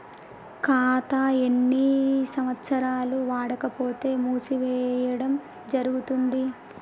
ఖాతా ఎన్ని సంవత్సరాలు వాడకపోతే మూసివేయడం జరుగుతుంది?